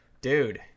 dude